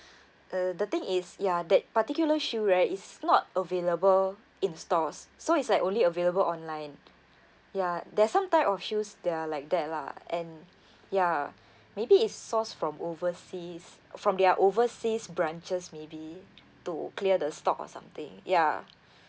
uh the thing is ya that particular shoe right is not available in stores so it's like only available online ya there's some type of shoes that are like that lah and ya maybe its source from overseas from their overseas branches maybe to clear the stock or something ya